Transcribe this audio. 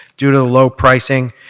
due to the low pricing,